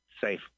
safe